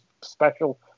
special